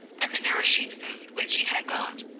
and the nourishing food which he had got,